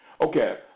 Okay